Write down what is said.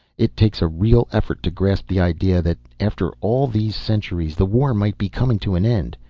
it takes a real effort to grasp the idea that, after all these centuries, the war might be coming to an end.